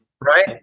Right